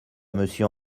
monsieur